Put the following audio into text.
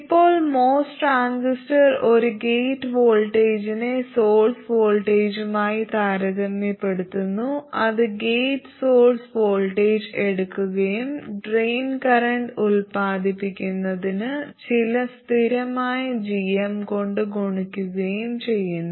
ഇപ്പോൾ MOS transistor ഒരു gate വോൾട്ടേജിനെ സോഴ്സ് വോൾട്ടേജുമായി താരതമ്യപ്പെടുത്തുന്നു അത് ഗേറ്റ് സോഴ്സ് വോൾട്ടേജ് എടുക്കുകയും ഡ്രെയിൻ കറന്റ് ഉൽപാദിപ്പിക്കുന്നതിന് ചില സ്ഥിരമായ g m കൊണ്ട് ഗുണിക്കുകയും ചെയ്യുന്നു